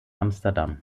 amsterdam